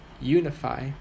Unify